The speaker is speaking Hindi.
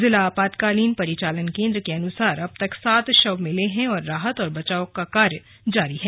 जिला आपातकालीन परिचालन केंद्र के अनुसार अब तक सात शव मिले हैं और राहत और बचाव का कार्य जारी है